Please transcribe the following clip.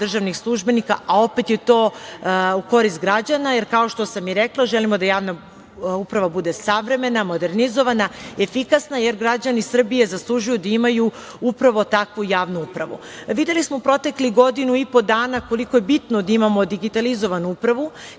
državnih službenika, a opet je to u korist građana, jer, kao što sam i rekla, želimo da javna uprava bude savremena, modernizovana, efikasna. Građani Srbije zaslužuju da imaju upravo takvu javnu upravu. Videli smo u proteklih godinu i po dana koliko je bitno da imamo digitalizovanu upravu.